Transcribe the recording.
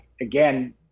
again